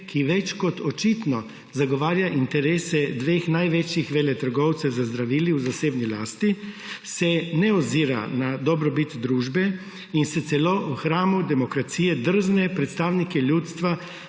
ki več kot očitno zagovarja interese dveh največjih veletrgovcev z zdravili v zasebni lasti, se ne ozira na dobrobit družbe in se celo v hramu demokracije drzne predstavnike ljudstva